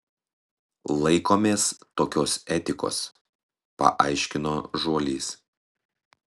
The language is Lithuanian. laikomės tokios etikos paaiškino žuolys